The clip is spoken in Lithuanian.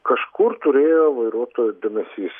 kažkur turėjo vairuotojo dėmesys